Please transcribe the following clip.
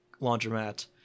laundromat